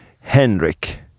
Henrik